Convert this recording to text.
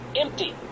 Empty